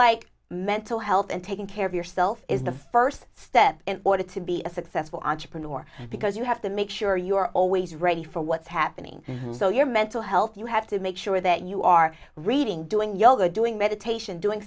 like mental health and taking care of yourself is the first step in order to be a successful entrepreneur because you have to make sure you are always ready for what's happening so your mental health you have to make sure that you are reading doing yoga doing meditation doing